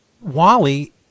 Wally